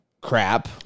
crap